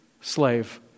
slave